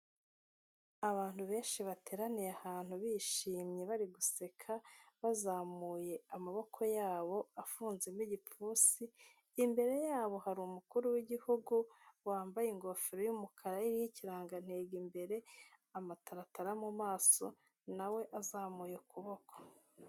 Abantu benshi bateraniye ahantu bishimye bari guseka bazamuye amaboko yabo afunzemo igipfunsi, imbere yabo hari Umukuru w'Igihugu wambaye ingofero y'umukara iriho ikirangantego imbere, amataratara mu maso, na we azamuye ukuboko.